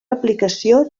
aplicació